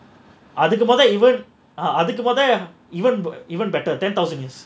அதுக்கு மொத:adhukku motha ah even even better ten thousand years